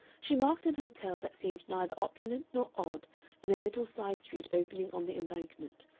she marked an hotel that seemed neither opulent nor odd in a little side street opening on the embankment,